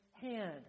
hand